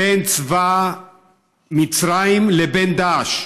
בין צבא מצרים לבין דאעש.